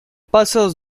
paso